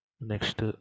Next